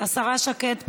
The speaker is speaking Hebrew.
השרה שקד פה?